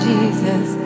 Jesus